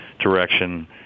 direction